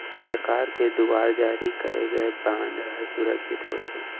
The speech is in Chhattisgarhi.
सरकार के दुवार जारी करे गय बांड हर सुरक्छित होथे